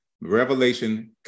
revelation